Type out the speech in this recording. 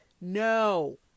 no